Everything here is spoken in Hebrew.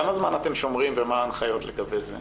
כמה זמן אתם שומרים ומה הנחיות לגבי זה?